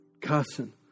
cussing